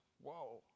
whoa